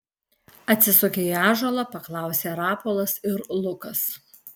atsisukę į ąžuolą paklausė rapolas ir lukas